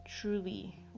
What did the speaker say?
Truly